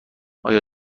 آیا